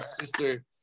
sister